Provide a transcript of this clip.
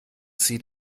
sie